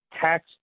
tax